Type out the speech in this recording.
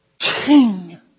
King